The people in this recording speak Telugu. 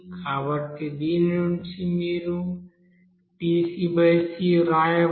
కాబట్టి దీని నుండి మీరు dcc వ్రాయవచ్చు